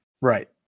Right